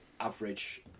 average